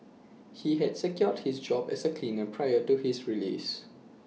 he had secured his job as A cleaner prior to his release